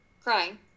crying